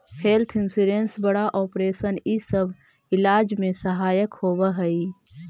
health insurance बड़ा operation इ सब इलाज में सहायक होवऽ हई